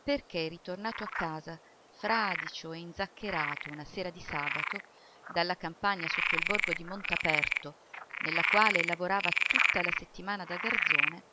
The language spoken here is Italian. perché ritornato a casa fradicio e inzaccherato una sera di sabato dalla campagna sotto il borgo di montaperto nella quale lavorava tutta la settimana da garzone